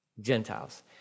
Gentiles